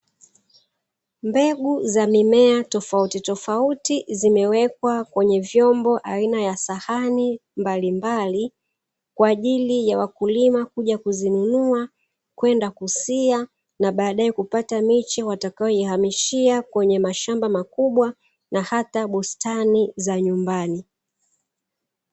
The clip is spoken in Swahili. Mbegu za mimea tofautitofauti, zimewekwa kwenye vyombo aina ya sahani mbalimbali kwa ajili ya wakulima kuja kuzinunua kwenda kusia na baadaye kupata miche watakayoihamishia kwenye mashamba makubwa na hata bustani za nyumbani.